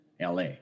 LA